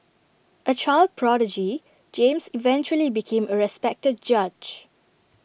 A child prodigy James eventually became A respected judge